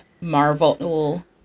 Marvel